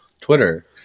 Twitter